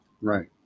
Right